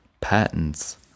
patents